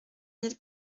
mille